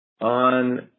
on